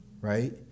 right